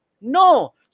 No